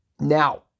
Now